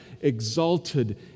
exalted